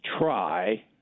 try